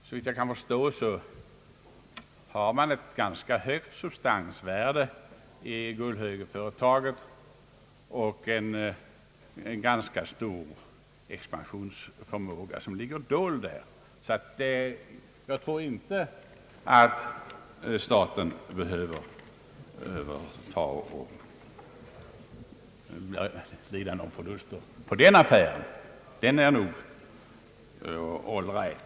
Såvitt jag kan förstå finns det ett ganska högt substansvärde i Gullhögenföretaget och en ganska stor expansionsförmåga ligger dold i företaget. Jag tror därför inte att staten behöver lida några förluster på den affären; den är nog all right.